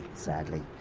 sadly.